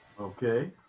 Okay